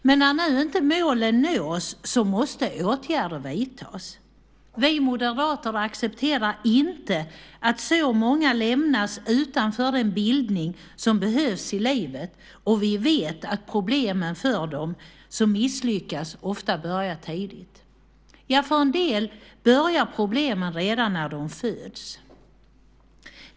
Men när målen nu inte nås måste åtgärder vidtas. Vi moderater accepterar inte att så många lämnas utanför den bildning som behövs i livet, och vi vet att problemen för dem som misslyckas ofta börjar tidigt. För en del börjar problemen redan när de föds.